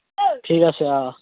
ঠিক আছে আৰু